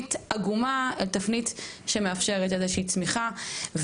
תפנית עגומה לתפנית שמאפשרת איזו שהיא צמיחה.